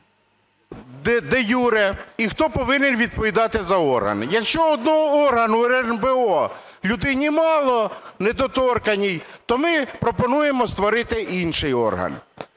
де-юре, і хто повинен відповідати за орган. Якщо одного органу РНБО людині мало недоторканній, то ми пропонуємо створити інший орган.